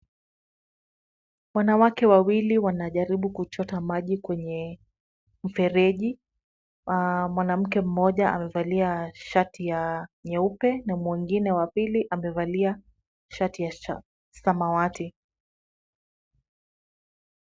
Wanawake wawili wanajaribu kuchota maji kwenye mfereji, na mwanamke mmoja amevalia shati ya nyeupe, na mwingine wa pili amevalia shati ya samawati.